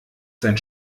sein